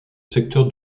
secteur